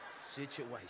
situation